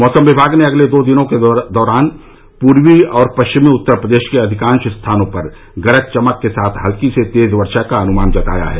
मौसम विभाग ने अगले दो दिनों के दौरान पूर्वी और पश्चिमी उत्तर प्रदेश के अधिकांश स्थानों पर गरज चमक के साथ हल्की से तेज वर्षा का अनुमान जताया है